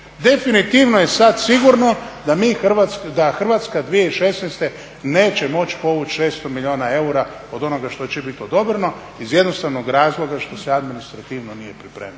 Definitivno je sad sigurno da Hrvatska 2016. neće moći povući 600 milijuna eura od onoga što će joj bit odobreno iz jednostavnog razloga što se administrativno nije pripremila.